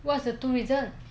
what's the two reason